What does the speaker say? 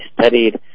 studied